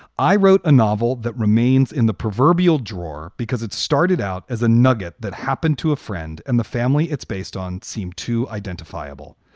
i wrote a novel that remains in the proverbial drawer because it started out as a nugget that happened to a friend in and the family. it's based on seem to identifiable.